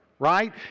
right